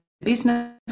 business